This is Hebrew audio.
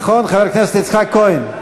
נכון, חבר הכנסת יצחק כהן?